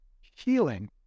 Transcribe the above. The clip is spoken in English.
healing